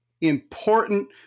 important